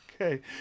Okay